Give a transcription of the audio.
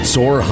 Soar